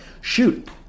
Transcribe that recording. shoot